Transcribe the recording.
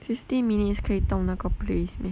fifty minutes 可以到那个 place meh